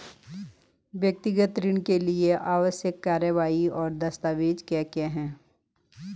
व्यक्तिगत ऋण के लिए आवश्यक कार्यवाही और दस्तावेज़ क्या क्या हैं?